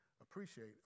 appreciate